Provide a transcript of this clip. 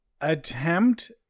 attempt